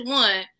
one